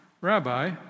Rabbi